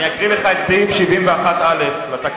אני אקריא לך את סעיף 71א לתקנון,